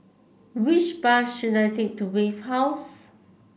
which bus should I take to Wave House